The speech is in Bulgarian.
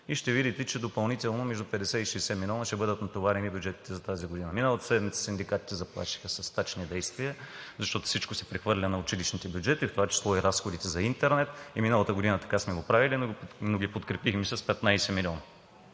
и ще видите, че допълнително с между 50 и 60 милиона ще бъдат натоварени бюджетите за тази година. Миналата седмица синдикатите заплашиха със стачни действия, защото всичко се прехвърля на училищните бюджети, в това число и разходите за интернет. И миналата година сме го правили така, но ги подкрепихме с 15 милиона.